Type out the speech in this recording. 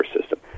system